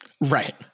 Right